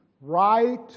right